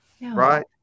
right